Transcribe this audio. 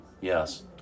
yes